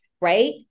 right